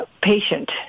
Patient